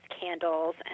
candles